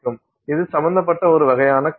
இது சம்பந்தப்பட்ட ஒரு வகையான கருத்து